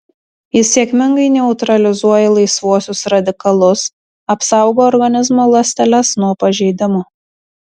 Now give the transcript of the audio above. jis sėkmingai neutralizuoja laisvuosius radikalus apsaugo organizmo ląsteles nuo pažeidimo